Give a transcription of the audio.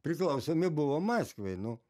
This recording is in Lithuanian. priklausomi buvom maskvai nu